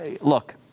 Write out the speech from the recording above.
Look